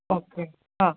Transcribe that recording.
okay हा